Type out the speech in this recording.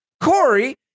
Corey